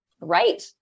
Right